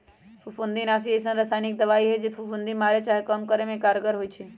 फफुन्दीनाशी अइसन्न रसायानिक दबाइ हइ जे फफुन्दी मारे चाहे कम करे में कारगर होइ छइ